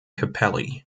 capelli